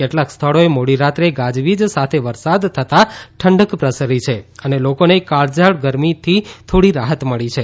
કેટલાંક સ્થળોએ મોડી રાત્રે ગાજવીજ સાથે વરસાદ થતા ઠંડક પ્રસરી છે અને લોકોને કાળઝાળ ગરમીથી થોડી રાહત મળી છે